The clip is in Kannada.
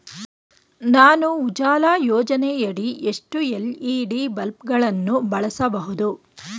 ನಾನು ಉಜಾಲ ಯೋಜನೆಯಡಿ ಎಷ್ಟು ಎಲ್.ಇ.ಡಿ ಬಲ್ಬ್ ಗಳನ್ನು ಬಳಸಬಹುದು?